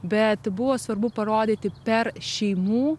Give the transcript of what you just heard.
bet buvo svarbu parodyti per šeimų